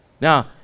Now